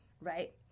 right